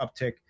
uptick